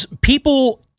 people